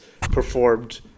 performed